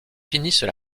finissent